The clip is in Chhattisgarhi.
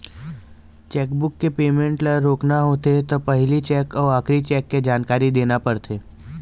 चेकबूक के पेमेंट ल रोकना होथे त पहिली चेक अउ आखरी चेक के जानकारी देना परथे